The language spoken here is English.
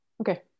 Okay